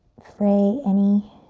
fray any